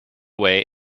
away